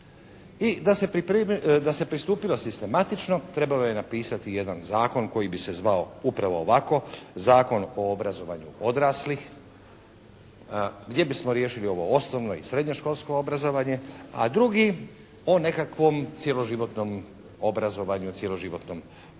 I da se pristupilo sistematično trebalo je napisati jedan zakon koji bi se zvao upravo ovako Zakon o obrazovanju odraslih gdje bismo riješili ovo osnovno i srednje školsko obrazovanje a drugi o nekakvom cjeloživotnom obrazovanju, cjeloživotnom učenju.